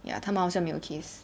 ya 他们好像没有 kiss